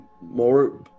more